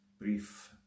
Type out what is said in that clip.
brief